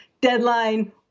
Deadline